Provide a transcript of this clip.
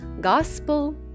Gospel